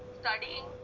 studying